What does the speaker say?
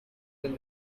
when